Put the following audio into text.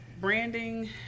branding